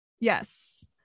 yes